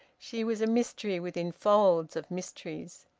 she was a mystery within folds of mysteries.